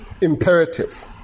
imperative